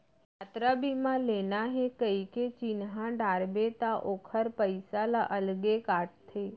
यातरा बीमा लेना हे कइके चिन्हा डारबे त ओकर पइसा ल अलगे काटथे